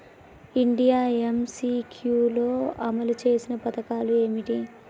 India MCQ లో అమలు చేసిన పథకాలు ఏమిటి?